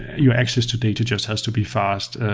you access to data just has to be fast.